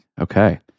Okay